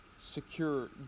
secure